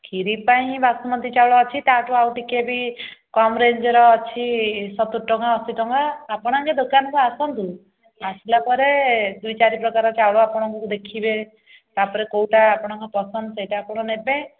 ଖିରି ପାଇଁ ବସୁମତୀ ଚାଉଳ ଅଛି ତାଠୁ ଆଉ ଟିକିଏ ବି କମ୍ ରେଞ୍ଚ୍ର ଅଛି ସତୁରି ଟଙ୍କା ଅଶୀ ଟଙ୍କା ଆପଣ ଆଗେ ଦୋକାନକୁ ଆସନ୍ତୁ ଆସିଲା ପରେ ଦୁଇ ଚାରି ପ୍ରକାର ଚାଉଳ ଆପଣ ଦେଖିବେ ତା'ପରେ କେଉଁଟା ଆପଣଙ୍କ ପସନ୍ଦ ସେଇଟା ଆପଣ ନେବେ